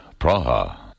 Praha